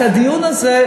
את הדיון הזה,